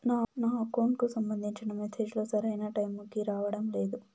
నా అకౌంట్ కు సంబంధించిన మెసేజ్ లు సరైన టైము కి రావడం లేదు